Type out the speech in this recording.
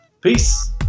Peace